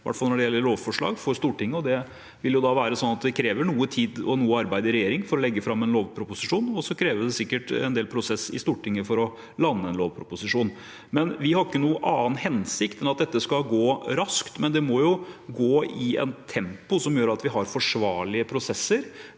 hvert fall når det gjelder lovforslag. Så vil det kreve noe tid og noe arbeid i regjering for å legge fram en lovproposisjon, og så krever det sikkert en del prosesser i Stortinget for å lande en lovproposisjon. Vi har ikke noen annen hensikt enn at dette skal gå raskt, men det må gå i et tempo som gjør at vi har forsvarlige prosesser,